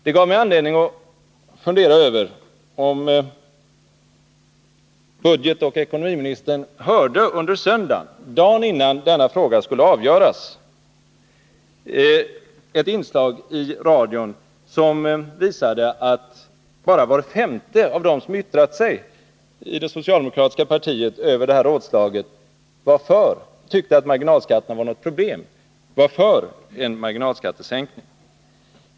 Det gav mig anledning att fundera över om budgetoch ekonomiministern under söndagen, dagen innan regeringsfrågan skulle avgöras, hörde ett inslag i radion som visade att bara var femte av dem som i det socialdemokratiska partiet hade yttrat sig över detta rådslag tyckte att de höga marginalskatterna var något problem och var för en marginalskattesänkning.